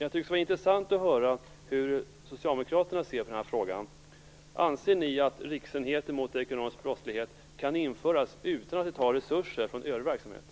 Det skulle vara intressant att höra hur Socialdemokraterna ser på den frågan. Anser ni alltså att den här riksenheten mot ekonomisk brottslighet kan införas utan att resurser tas från övriga verksamheter?